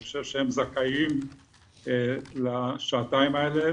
אני חושב שהם זכאים לשעתיים האלה,